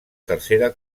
tercera